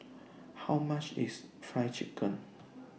How much IS Fried Chicken